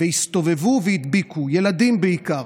הסתובבו והדביקו, ילדים בעיקר.